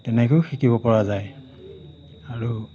তেনেকৈও শিকিব পৰা যায় আৰু